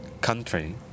country